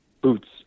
boots